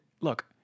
look